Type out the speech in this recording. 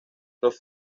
los